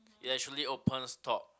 ya actually opens top